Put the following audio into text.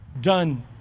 done